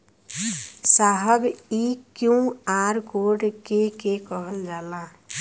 साहब इ QR code के के कहल जाला?